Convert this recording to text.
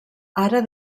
ara